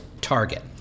target